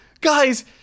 guys